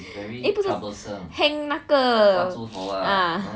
eh 不是 hang 那个那个